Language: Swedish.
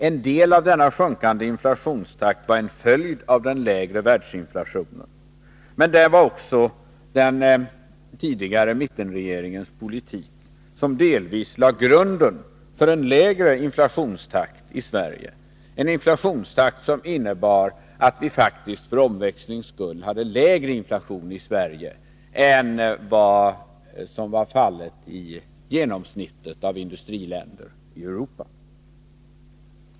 En del av den sjunkande inflationstakten var en följd av den lägre världsinflationen, men också den tidigare mittenregeringens ekonomiska politik lade delvis grunden för en lägre inflationstakt i Sverige, som innebar att vi faktiskt för omväxlings skull hade en lägre inflation i Sverige än i genomsnittet av de europeiska industriländerna.